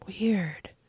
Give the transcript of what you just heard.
Weird